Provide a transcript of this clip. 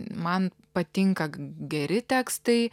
man patinka geri tekstai